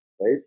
right